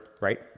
Right